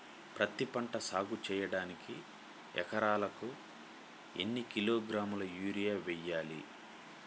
పత్తిపంట సాగు చేయడానికి ఎకరాలకు ఎన్ని కిలోగ్రాముల యూరియా వేయాలి?